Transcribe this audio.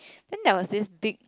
then there was this big